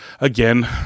again